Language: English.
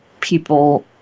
people